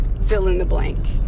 fill-in-the-blank